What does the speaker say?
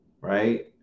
right